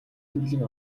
төрлийн